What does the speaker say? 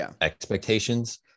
expectations